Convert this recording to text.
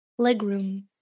Legroom